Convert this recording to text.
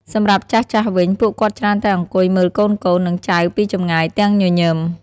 សម្រាប់ចាស់ៗវិញ ពួកគាត់ច្រើនតែអង្គុយមើលកូនៗ និងចៅពីចម្ងាយទាំងញញឹម។